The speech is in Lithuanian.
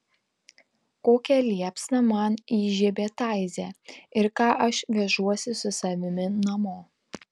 kokią liepsną man įžiebė taize ir ką aš vežuosi su savimi namo